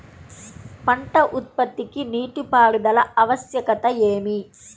పంట ఉత్పత్తికి నీటిపారుదల ఆవశ్యకత ఏమి?